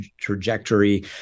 trajectory